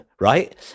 right